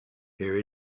here